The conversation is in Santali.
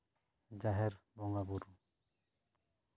ᱡᱟᱦᱮᱨ ᱵᱚᱸᱜᱟᱼᱵᱩᱨᱩ